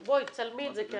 בואי, תצלמי את זה, כדי